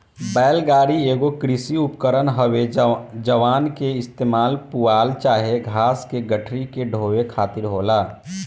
बैल गाड़ी एगो कृषि उपकरण हवे जवना के इस्तेमाल पुआल चाहे घास के गठरी के ढोवे खातिर होला